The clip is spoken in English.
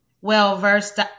well-versed